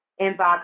inbox